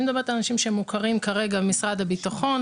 אני מדברת על אנשים שהם מוכרים כרגע במשרד הביטחון,